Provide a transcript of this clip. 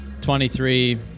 23